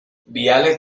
viale